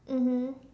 mmhmm